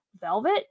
Velvet